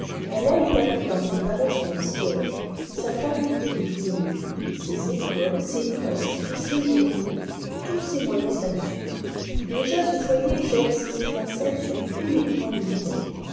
kue a établi dans ce palais son siège sa faculté de théologie ses écoles ses presses et ses journaux tous ses moyens d'action déjà ce foyer jette ses étincelles sur tous les points de l'italie